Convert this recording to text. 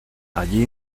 allí